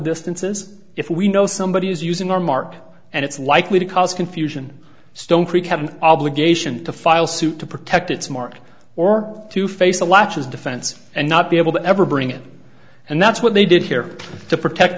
distances if we know somebody is using our mark and it's likely to cause confusion stone creek have an obligation to file suit to protect its mark or to face the latches defense and not be able to ever bring it and that's what they did here to protect